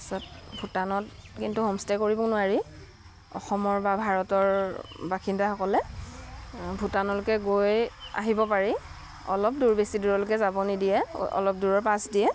তাৰ পিছত ভূটানত কিন্তু হোমষ্টে কৰিব নোৱাৰি অসমৰ বা ভাৰতৰ বাসিন্দাসকলে ভূটানলৈকে গৈ আহিব পাৰি অলপ দূৰ বেছি দূৰলৈকে যাব নিদিয়ে অলপ দূৰৰ পাছ দিয়ে